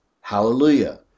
hallelujah